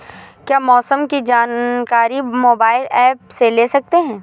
क्या मौसम की जानकारी मोबाइल ऐप से ले सकते हैं?